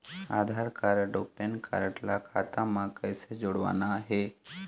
आधार card अऊ PAN card ला खाता म कइसे जोड़वाना हे?